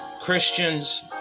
Christians